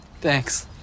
Thanks